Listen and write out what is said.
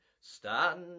stand